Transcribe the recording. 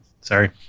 Sorry